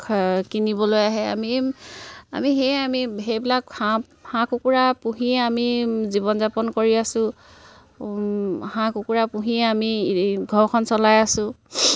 কিনিবলৈ আহে আমি আমি সেয়ে আমি সেইবিলাক হাঁহ হাঁহ কুকুৰা পুহিয়ে আমি জীৱন যাপন কৰি আছো হাঁহ কুকুৰা পুহিয়ে আমি ঘৰখন চলাই আছো